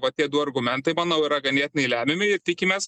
o tie du argumentai manau yra ganėtinai lemiami tikimės